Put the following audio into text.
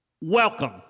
welcome